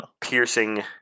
Piercing